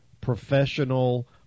professional